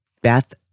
Beth